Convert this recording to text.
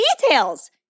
details